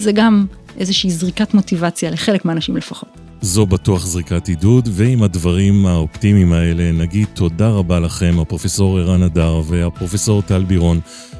זה גם איזושהי זריקת מוטיבציה לחלק מהאנשים לפחות. זו בטוח זריקת עידוד, ועם הדברים האופטימיים האלה נגיד תודה רבה לכם הפרופ' ערן אדר והפרופ' טל בירון.